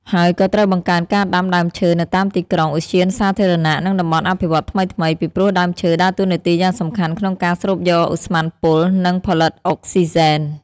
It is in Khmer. ហើយក៏ត្រូវបង្កើនការដាំដើមឈើនៅតាមទីក្រុង ឧទ្យានសាធារណៈ និងតំបន់អភិវឌ្ឍន៍ថ្មីៗ ពីព្រោះដើមឈើដើរតួនាទីយ៉ាងសំខាន់ក្នុងការស្រូបយកឧស្ម័នពុល និងផលិតអុកស៊ីហ្សែន។